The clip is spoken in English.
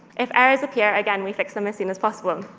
if errors appear, again, we fix them as soon as possible. um